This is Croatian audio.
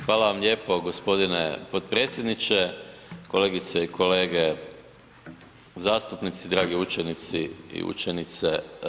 Hvala vam lijepo g. potpredsjedniče, kolegice i kolege zastupnici, dragi učenici i učenice.